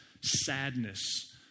sadness